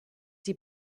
die